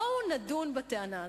בואו נדון בטענה הזאת.